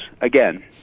Again